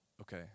Okay